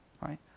right